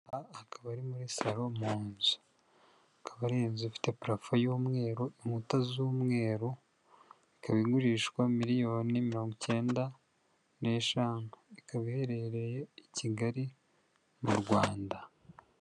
Akaba ari muri saro mu nzu, akaba ari inzu ifite parafo y'umweru, inkuta z'umweru. Ikaba igurishwa miliyoni mirongo kenda n'eshanu, ikaba iherereye i Kigali mu Rwanda.